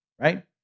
Right